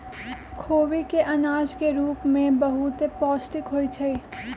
खोबि के अनाज के रूप में बहुते पौष्टिक होइ छइ